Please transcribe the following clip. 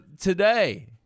today